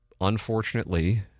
unfortunately